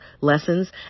lessons